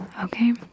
Okay